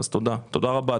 תודה רבה.